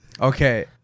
Okay